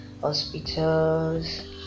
hospitals